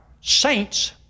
saints